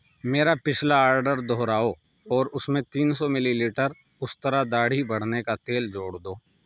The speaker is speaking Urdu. میرا پچھلا آرڈر دوہراؤ اور اس میں تین سو ملی لیٹر استرا داڑھی بڑھنے کا تیل جوڑ دو